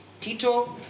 Tito